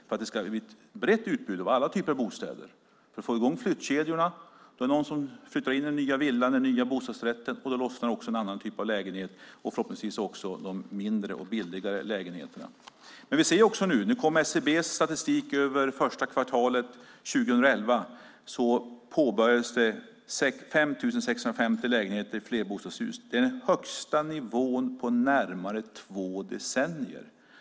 Det måste bli ett brett utbud av alla typer av bostäder för att få i gång flyttkedjorna. När någon flyttar in i den nya villan eller bostadsrätten lossnar en annan typ av lägenhet, förhoppningsvis också de mindre och billigare lägenheterna. Enligt SCB:s statistik för det första kvartalet 2011 påbörjades det 5 650 lägenheter i flerbostadshus. Det är den högsta nivån på närmare två decennier.